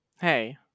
Hey